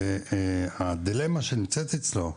הדילמה שנמצאת אצלו,